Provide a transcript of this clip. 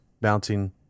bouncing